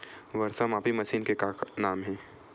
वर्षा मापी मशीन के का नाम हे?